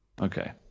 Okay